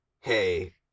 Hey